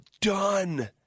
done